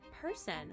person